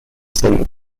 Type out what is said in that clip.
saint